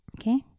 Okay